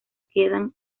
quedan